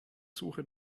suche